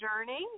journey